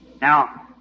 Now